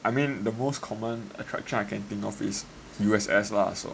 I mean the most common attraction I can think of is U_S_S lah so